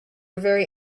very